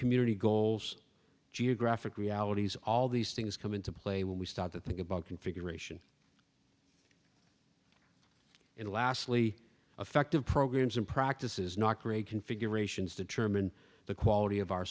community goals geographic realities all these things come into play when we start to think about configuration and lastly effective programs and practices not create configurations determine the quality of our